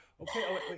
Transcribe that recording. okay